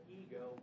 ego